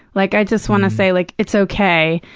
like, i just wanna say like, it's okay.